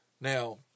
Now